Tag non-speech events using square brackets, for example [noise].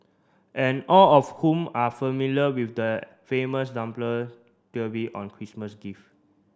and all of whom are familiar with the famous [unintelligible] theory on Christmas gift